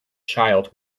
child